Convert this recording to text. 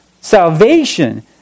salvation